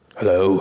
Hello